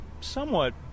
somewhat